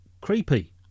creepy